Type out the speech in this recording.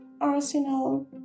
arsenal